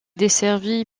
desservie